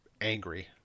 angry